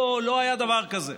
לא היה דבר כזה.